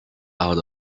out